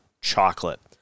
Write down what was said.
chocolate